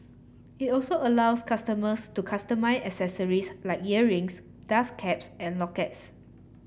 it also allows customers to customise accessories like earrings dust caps and lockets